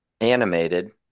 Animated